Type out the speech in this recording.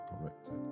corrected